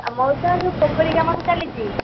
ଆଉ ମଉସା ଯେଉଁ ପୋଖରୀ କାମ ବି ଚାଲିଛି